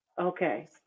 Okay